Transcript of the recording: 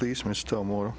policeman still more